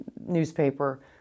newspaper